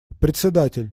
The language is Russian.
председатель